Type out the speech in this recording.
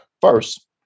First